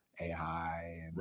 AI